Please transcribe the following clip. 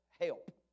help